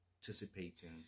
participating